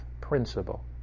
principle